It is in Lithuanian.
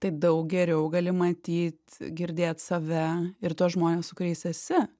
tai daug geriau gali matyt girdėt save ir tuos žmones su kuriais esi